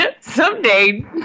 someday